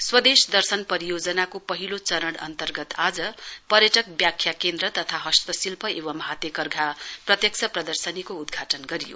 स्वदेश दर्शन परियोजनाको पहिलो चरण अन्तर्गत आज पर्यटक व्याख्या केन्द्र तथा हस्तशिल्प एवं हातेकर्धा प्रत्यक्ष प्रदर्शनीको उद्घाटन गरियो